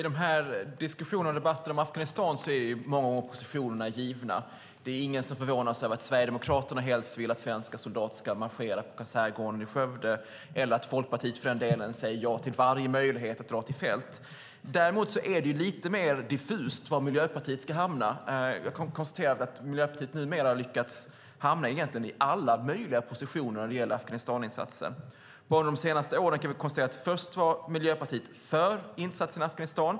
Herr talman! I diskussionerna och debatterna om Afghanistan är många av positionerna givna. Det är ingen som förvånar sig över att Sverigedemokraterna helst vill att svenska soldater ska marschera på kaserngården i Skövde eller att Folkpartiet för den delen säger ja till varje möjlighet att dra till fält. Däremot är det lite mer diffust var Miljöpartiet ska hamna. Jag kan konstatera att Miljöpartiet lyckats hamna i alla möjliga positioner när det gäller Afghanistaninsatsen. Bara de senaste åren har vi kunnat konstatera att först var Miljöpartiet för insatsen i Afghanistan.